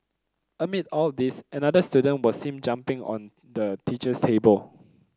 amid all this another student was seen jumping on the teacher's table